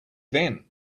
then